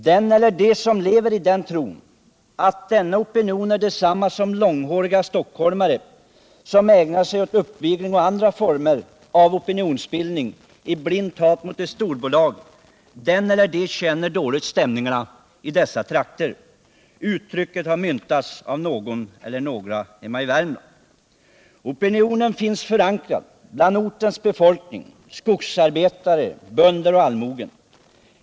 Den eller de som lever i den tron att denna opinion är detsamma som ”långhåriga stockholmare” — uttrycket är myntat i Värmland — som ägnar sig åt uppvigling och andra former av opinionsbildning i blint hat mot ett storbolag, känner dåligt stämningarna i dessa trakter. Opinionen finns förankrad hos ortens befolkning, bland skogsarbetare, bönder och allmoge.